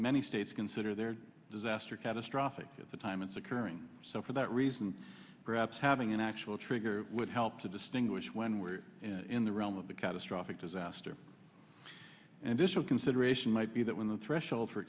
many states consider their disaster catastrophic at the time it's occurring so for that reason perhaps having an actual trigger would help to distinguish when we're in the realm of the catastrophic disaster and this was consideration might be that when the threshold for